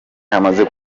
hamaze